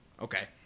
Okay